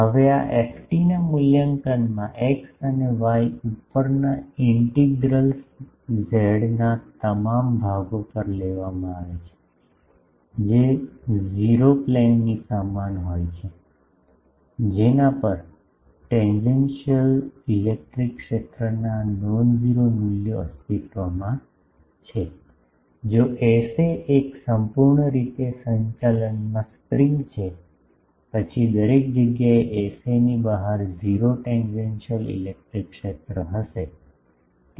હવે આ ft ના મૂલ્યાંકનમાં x અને y ઉપરના ઇન્ટિગ્રલ્સ ઝેડના તમામ ભાગો પર લેવામાં આવે છે જે 0 પ્લેનની સમાન હોય છે જેના પર ટેન્જન્શીઅલ ઇલેક્ટ્રિક ક્ષેત્રના નોન ઝેરો મૂલ્યો અસ્તિત્વમાં છે જો Sa એક સંપૂર્ણ રીતે સંચાલનમાં સ્પ્રિંગ છે પછી દરેક જગ્યાએ Sa ની બહાર 0 ટેન્જન્શીઅલ ઇલેક્ટ્રિક ક્ષેત્ર હશે